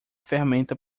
ferramenta